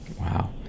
Wow